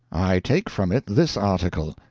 i take from it this article.